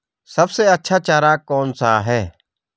सबसे अच्छा चारा कौन सा है?